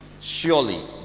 surely